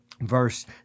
verse